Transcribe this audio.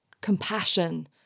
compassion